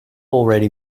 already